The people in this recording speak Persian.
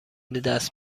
دست